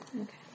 Okay